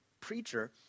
preacher